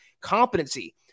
competency